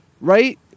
right